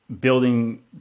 building